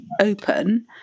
open